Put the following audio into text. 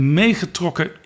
meegetrokken